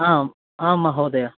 आम् आं महोदय